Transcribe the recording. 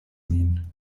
min